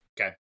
Okay